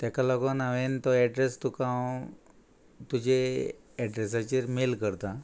ताका लागोन हांवें तो एड्रेस तुका हांव तुजे एड्रेसाचेर मेल करतां